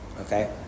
Okay